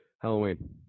Halloween